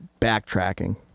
backtracking